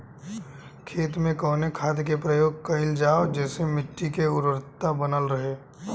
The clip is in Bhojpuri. खेत में कवने खाद्य के प्रयोग कइल जाव जेसे मिट्टी के उर्वरता बनल रहे?